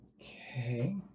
Okay